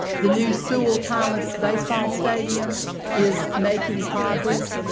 the new sewell thomas baseball stadium is making progress.